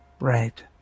right